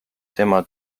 tema